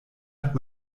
hat